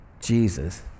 Jesus